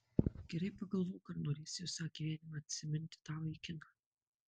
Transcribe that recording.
gerai pagalvok ar norėsi visą gyvenimą atsiminti tą vaikiną